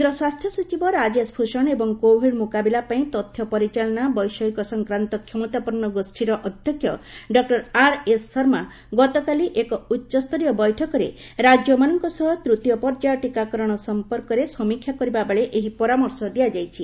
କେନ୍ଦ୍ର ସ୍ୱାସ୍ଥ୍ୟସଚିବ ରାଜେଶ ଭୂଷଣ ଏବଂ କୋଭିଡ ମୁକାବିଲା ପାଇଁ ତଥ୍ୟପରିଚାଳନା ବୈଷୟିକ ସଂକ୍ରାନ୍ତ କ୍ଷମତାପନ୍ନ ଗୋଷ୍ଠୀର ଅଧ୍ୟକ୍ଷ ଡକ୍କର ଆର୍ଏସ୍ ଶର୍ମା ଗତକାଲି ଏକ ଉଚ୍ଚସ୍ତରୀୟ ବୈଠକରେ ରାଜ୍ୟମାନଙ୍କ ସହ ତୂତୀୟପର୍ଯ୍ୟାୟ ଟିକାକରଣ ସମ୍ପର୍କରେ ସମୀକ୍ଷା କରିବା ବେଳେ ଏହି ପରାମର୍ଶ ଦିଆଯାଇଛି